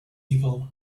evil